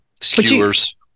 skewers